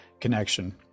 Connection